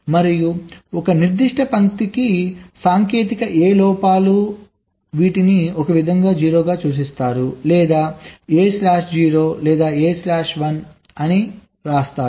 మరియు ఒక నిర్దిష్ట పంక్తికి సంకేతాలు A లోపాలు వీటిని ఒక విధంగా 0 గా సూచిస్తారు లేదా A స్లాష్ 0 లేదా A స్లాష్ 1 అని వ్రాస్తారు